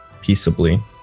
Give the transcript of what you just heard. Peaceably